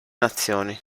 nazioni